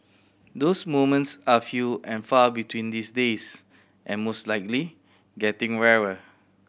those moments are few and far between these days and most likely getting rarer